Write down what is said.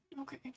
Okay